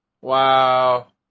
Wow